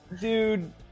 dude